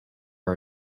our